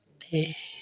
देखते हैं